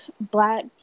black